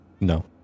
No